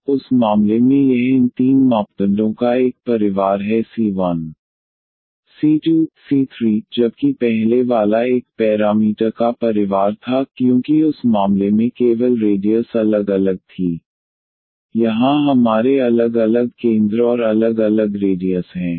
तो उस मामले में यह इन तीन मापदंडों का एक परिवार है〗c 1 c 2 c 3 जबकि पहले वाला एक पैरामीटर का परिवार था क्योंकि उस मामले में केवल रेडियस अलग अलग थी यहां हमारे अलग अलग केंद्र और अलग अलग रेडियस हैं